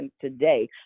today